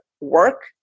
work